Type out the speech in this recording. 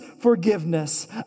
forgiveness